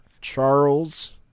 Charles